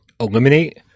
eliminate